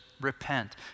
repent